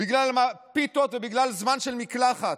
בגלל פיתות ובגלל זמן של מקלחת.